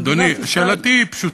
אדוני, שאלתי היא פשוטה.